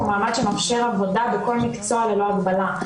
מעמד שמאפשר עבודה בכל מקצוע ללא הגבלה,